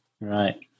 right